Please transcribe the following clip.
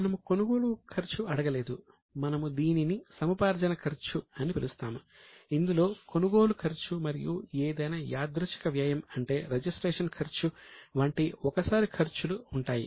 మనము కొనుగోలు ఖర్చు అడగలేదు మనము దీనిని సముపార్జన ఖర్చు అని పిలుస్తాము ఇందులో కొనుగోలు ఖర్చు మరియు ఏదైనా యాదృచ్ఛిక వ్యయం అంటే రిజిస్ట్రేషన్ ఖర్చు వంటి ఒక సారి ఖర్చులు ఉంటాయి